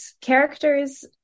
characters